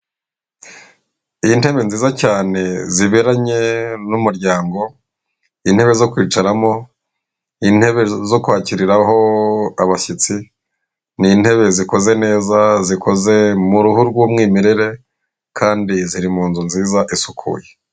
Intebe nziza cyane ziberanye n'umuryango intebe zo kwicaramo intebe zo kwakiriraho abashyitsi ni intebe zikoze neza zikoze mu ruhu rw'umwimerere kandi ziri mu nzu nziza isukuye.